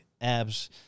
abs